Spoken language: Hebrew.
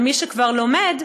למי שכבר לומד,